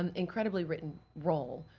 um incredibly written role,